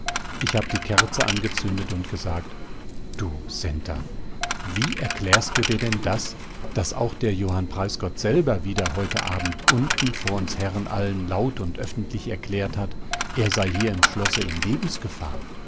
ich hab die kerze angezündet und gesagt du centa wie erklärst du dir denn das daß aber auch der johann preisgott selber wieder heute abend unten vor uns herren allen laut und öffentlich erklärt hat er sei hier im schlosse in lebensgefahr